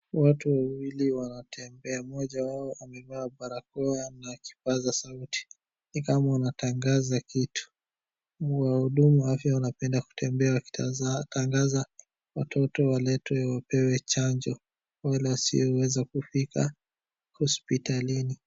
Watu wawili wanatembea. Mmoja wao amevaa barakoa na kipaza sauti. Ni kama wanatangaza kitu. Wahudumu wa afya wanapenda kutembea wakitangaza watoto waletwe wapewe chanjo, wale wasioweza kufika hospitalini.